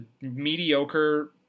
mediocre